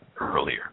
earlier